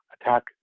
Attack